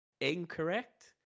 Incorrect